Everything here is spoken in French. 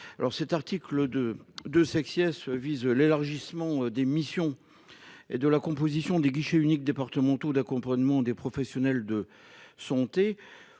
rural. L’article 2 vise l’élargissement des missions et de la composition des guichets uniques départementaux d’accompagnement des professionnels de santé.